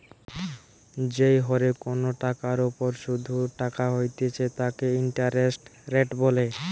যেই হরে কোনো টাকার ওপর শুধ কাটা হইতেছে তাকে ইন্টারেস্ট রেট বলে